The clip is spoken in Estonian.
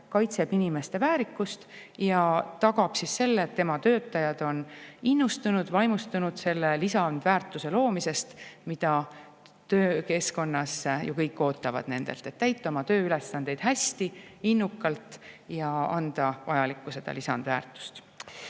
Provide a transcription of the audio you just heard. kaitseb inimeste väärikust ja tagab selle, et tema töötajad on innustunud, vaimustunud selle lisandväärtuse loomisest, mida töökeskkonnas ju kõik ootavad nendelt, et täita oma tööülesandeid hästi, innukalt ja anda vajalikku lisandväärtust.